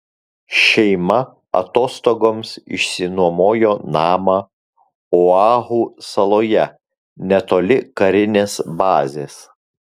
šeima atostogoms išsinuomojo namą oahu saloje netoli karinės bazės